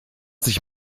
sich